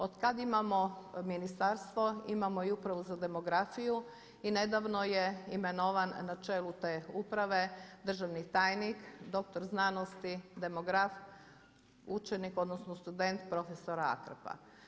Od kad imamo ministarstvo imamo i upravo za demografiju i nedavno je imenovan na čelu te uprave državni tajnik, doktor znanosti demograf učenik, odnosno student profesor Akrap.